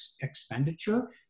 expenditure